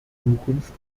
zukunft